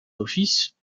offices